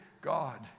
God